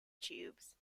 tubes